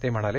ते म्हणाले